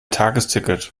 tagesticket